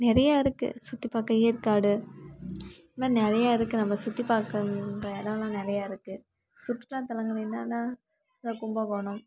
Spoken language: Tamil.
நிறையா இருக்குது சுற்றி பார்க்க ஏற்காடு இந்த மாதிரி நிறையா இருக்குது நம்ம சுற்றி பார்க்கணுன்ற இடோலாம் நிறையா இருக்குது சுற்றுலாத்தலங்கள் என்னென்னா அதான் கும்பகோணம்